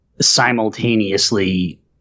simultaneously